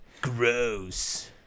Gross